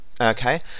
okay